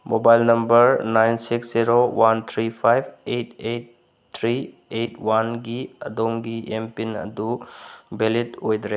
mobile number nine six zero one three five eight eight three eight ꯋꯥꯟꯒꯤ ꯑꯗꯣꯝꯒꯤ M PIN ꯑꯗꯨ ꯕꯦꯂꯤꯗ ꯑꯣꯏꯗ꯭ꯔꯦ